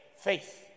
Faith